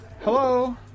Hello